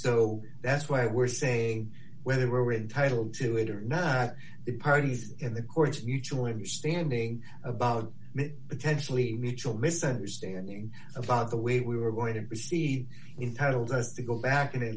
so that's why we're saying whether we're entitled to it or not the parties in the courts mutual understanding about potentially mutual misunderstanding about the way we were going to proceed in total does go back